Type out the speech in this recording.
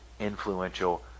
Influential